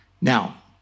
Now